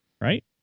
right